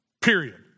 period